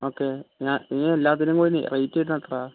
okay ഞാൻ ഈ എല്ലാത്തിനും കൂടി റേറ്റ് വരുന്നത് എത്രയാണ്